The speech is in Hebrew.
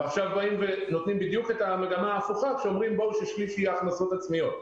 עכשיו נותנים בדיוק את המגמה ההפוכה כשאומרים ששליש יהיו הכנסות עצמיות,